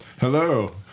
hello